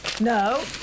No